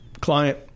client –